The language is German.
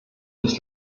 des